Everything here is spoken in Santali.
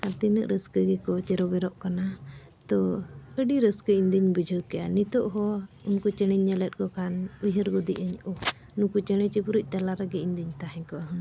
ᱟᱨ ᱛᱤᱱᱟᱹᱜ ᱨᱟᱹᱥᱠᱟᱹ ᱜᱮᱠᱚ ᱪᱮᱨᱚ ᱵᱮᱨᱚᱜ ᱠᱟᱱᱟ ᱛᱚ ᱟᱹᱰᱤ ᱨᱟᱹᱥᱠᱟᱹ ᱤᱧᱫᱩᱧ ᱵᱩᱡᱷᱟᱹᱣ ᱠᱮᱜᱼᱟ ᱱᱤᱛᱳᱜ ᱦᱚᱸ ᱩᱱᱠᱩ ᱪᱮᱬᱮᱧ ᱧᱮᱞᱮᱫ ᱠᱚ ᱠᱷᱟᱱ ᱩᱭᱦᱟᱹᱨ ᱜᱚᱫᱮᱜ ᱟᱹᱧ ᱚᱦ ᱱᱩᱠᱩ ᱪᱮᱬᱮᱼᱪᱤᱯᱨᱩ ᱛᱟᱞᱟ ᱨᱮᱜᱮ ᱤᱧᱫᱩᱧ ᱛᱟᱦᱮᱸ ᱠᱚᱜᱼᱟ ᱦᱩᱱᱟᱹᱝ